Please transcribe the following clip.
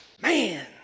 man